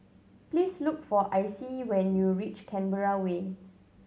please look for Icie when you reach Canberra Way